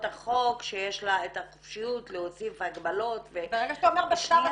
החוק שיש לה את החופשיות להוסיף הגבלות --- ברגע שאתה אומר בכתב,